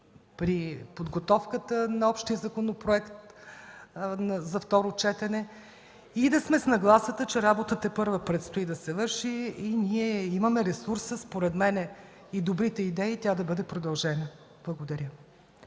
при подготовката на общия законопроект за второ четене, и да сме с нагласата, че тепърва предстои да се върши работа и имаме ресурса и добрите идеи тя да бъде продължена. Благодаря.